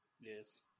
Yes